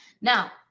Now